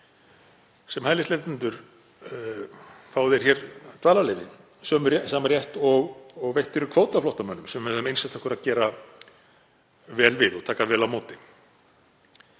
sem hælisleitendur, fái þeir hér dvalarleyfi, sama rétt og veittur er kvótaflóttamönnum sem við höfum einsett okkur að gera vel við og taka vel á móti.